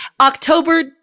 October